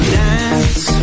dance